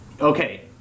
okay